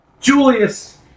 Julius